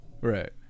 Right